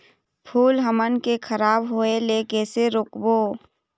फूल हमन के खराब होए ले कैसे रोकबो?